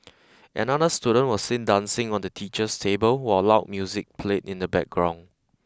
another student was seen dancing on the teacher's table while loud music played in the background